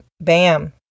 Bam